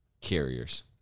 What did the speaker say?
carriers